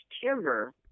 timber